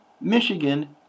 Michigan